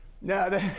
no